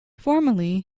formerly